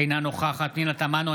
אינה נוכחת פנינה תמנו,